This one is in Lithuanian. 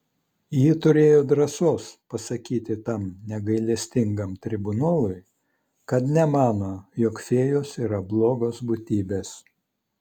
ji turėjo drąsos pasakyti tam negailestingam tribunolui kad nemano jog fėjos yra blogos būtybės